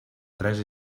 tres